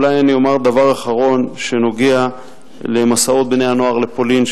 אולי אומר דבר אחרון שנוגע למסעות בני-הנוער לפולין,